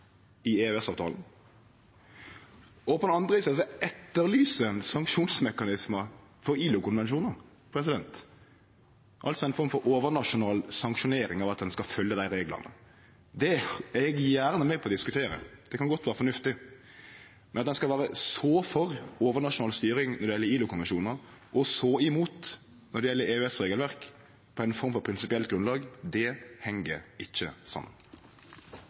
i EØS-avtalen, og på den andre sida etterlyser ein sanksjonsmekanismar for ILO-konvensjonar, altså ei form for overnasjonal sanksjonering av at ein skal følgje dei reglane. Det er eg gjerne med på å diskutere – det kan godt vere fornuftig. Men at ein skal vere så for overnasjonal styring når det gjeld ILO-konvensjonar, og så imot når det gjeld EØS-regelverk, på ei form for prinsipielt grunnlag, heng ikkje saman.